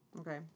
Okay